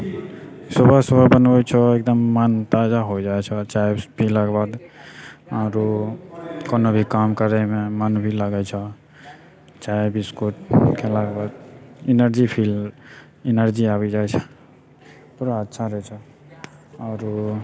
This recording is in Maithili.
सुबह सुबह बनबै छऽ मोन एकदम ताजा हो जाइछै चाइ पिलाके बाद आओर कोनो भी काम करैमे मोन भी लागै छऽ चाइ बिस्कुट खेलाके बाद एनर्जी फील एनर्जी आबि जाइ छऽ पूरा अच्छा रहै छऽ आओर